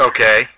Okay